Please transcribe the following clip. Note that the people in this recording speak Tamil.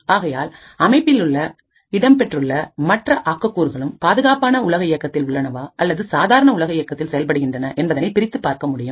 ஆகையால்அமைப்பிலுள்ள இடம்பெற்றுள்ள மற்ற ஆக்கக் கூறுகளும் பாதுகாப்பான உலக இயக்கத்தில் உள்ளனவா அல்லது சாதாரண உலகத் இயக்கத்தில் செயல்படுகின்றன என்பதை பிரித்துப் பார்க்க முடியும்